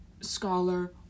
scholar